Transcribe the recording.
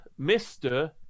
Mr